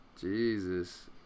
Jesus